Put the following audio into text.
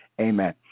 Amen